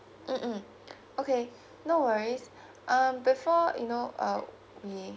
mmhmm okay no worries um before you know uh we